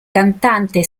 cantante